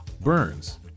burns